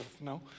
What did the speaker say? no